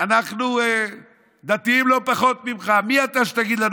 אנחנו דתיים לא פחות ממך, מי אתה שתגיד לנו?